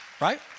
right